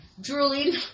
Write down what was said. drooling